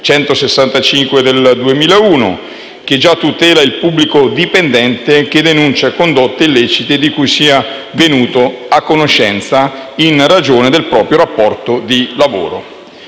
165 del 2001, che già tutela il pubblico dipendente che denuncia condotte illecite di cui sia venuto a conoscenza in ragione del proprio rapporto di lavoro.